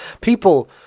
People